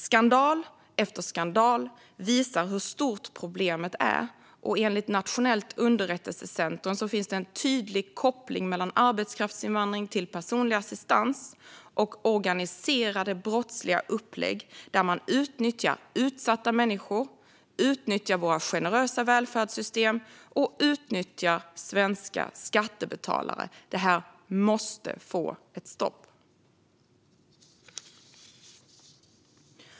Skandal efter skandal visar hur stort problemet är, och enligt Nationellt underrättelsecentrum finns det en tydlig koppling mellan arbetskraftsinvandring till personlig assistans och organiserade brottsliga upplägg där man utnyttjar utsatta människor, utnyttjar våra generösa välfärdssystem och utnyttjar svenska skattebetalare. Detta måste få ett stopp.